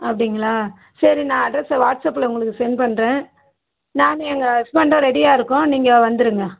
அப்படிங்களா சரி நான் அட்ரஸ்ஸை வாட்ஸப்பில் உங்களுக்கு சென்ட் பண்ணுறேன் நானும் எங்கள் ஹஸ்பண்டும் ரெடியாக இருக்கோம் நீங்கள் வந்துருங்க